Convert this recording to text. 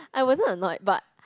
I wasn't annoyed but